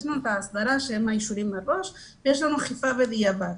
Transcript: יש לנו את ההסדרה שהיא האישורים מראש ויש לנו אכיפה בדיעבד.